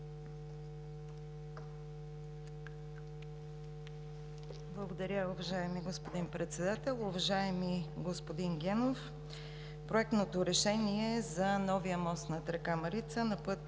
Благодаря Ви, уважаеми господин Председател. Уважаеми господин Генов, проектното решение за новия мост над река Марица на път